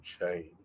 change